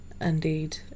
indeed